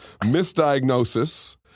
misdiagnosis